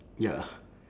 ya